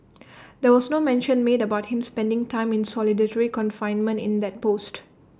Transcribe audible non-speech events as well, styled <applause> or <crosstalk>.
<noise> there was no mention made about him spending time in solitary confinement in that post